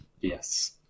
Yes